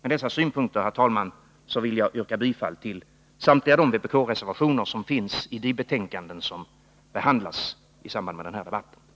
Med dessa synpunkter, herr talman, vill jag yrka bifall till samtliga de vpk-reservationer som finns i de betänkanden som nu behandlas.